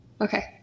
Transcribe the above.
okay